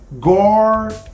Guard